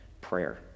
prayer